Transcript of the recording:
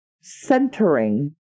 centering